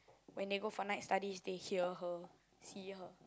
when they go for night study they hear her see her